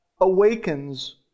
awakens